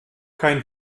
kein